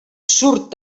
surt